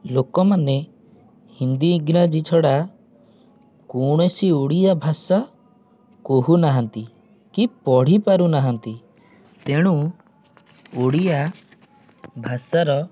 ଲୋକମାନେ ହିନ୍ଦୀ ଇଂରାଜୀ ଛଡ଼ା କୌଣସି ଓଡ଼ିଆ ଭାଷା କହୁନାହାଁନ୍ତି କି ପଢ଼ି ପାରୁନାହାଁନ୍ତି ତେଣୁ ଓଡ଼ିଆ ଭାଷାର